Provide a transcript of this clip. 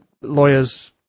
lawyers